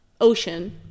ocean